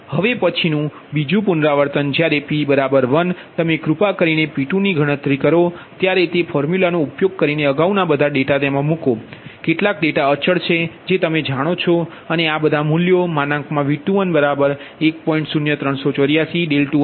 હવે પછીનું બીજું પુનરાવર્તન જ્યારે p 1 તમે કૃપા કરીને P2ની ગણતરી કરો ત્યારે તે ફોર્મ્યુલાનો ઉપયોગ કરીને અગાઉના બધા ડેટા તેમા મૂકવામાં આવે છે કેટલાક ડેટા અચલ છે જે તમે જાણો છો અને આ બધા મૂલ્યો V21 1